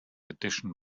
edition